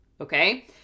okay